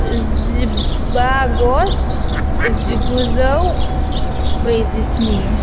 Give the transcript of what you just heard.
जिबा आगस्त जिगुजौ ब्रैजिस्नि